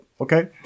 Okay